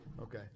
Okay